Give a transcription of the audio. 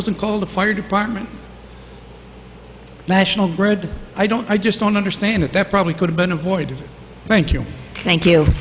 wasn't called the fire department national grid i don't i just don't understand it that probably could have been avoided thank you thank you